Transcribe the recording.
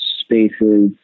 spaces